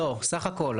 לא, סך הכל.